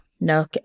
no